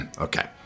Okay